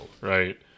right